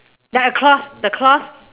like a cloth the cloth